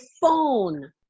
phone